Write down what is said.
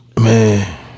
Man